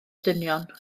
dynion